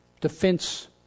defense